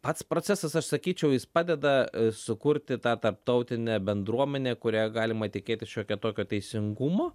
pats procesas aš sakyčiau jis padeda sukurti tą tarptautinę bendruomenę kurioje galima tikėtis šiokio tokio teisingumo